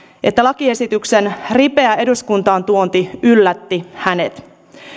että lakiesityksen ripeä eduskuntaan tuonti yllätti hänet